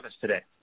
today